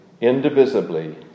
indivisibly